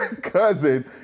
cousin